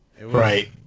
right